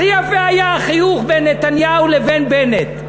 הכי יפה היה החיוך בין נתניהו לבין בנט,